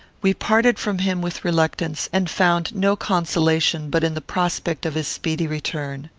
we parted from him with reluctance, and found no consolation but in the prospect of his speedy return.